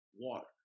water